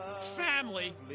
Family